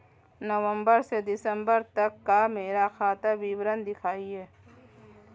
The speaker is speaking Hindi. नवंबर से दिसंबर तक का मेरा खाता विवरण दिखाएं?